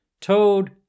toad